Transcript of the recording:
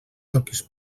toquis